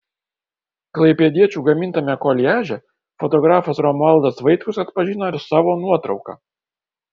klaipėdiečių gamintame koliaže fotografas romualdas vaitkus atpažino ir savo nuotrauką